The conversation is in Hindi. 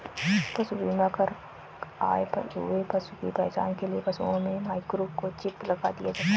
पशु बीमा कर आए हुए पशु की पहचान के लिए पशुओं में माइक्रोचिप लगा दिया जाता है